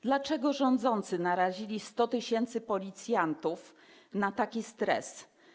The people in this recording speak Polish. Dlaczego rządzący narazili 100 tys. policjantów na taki stres?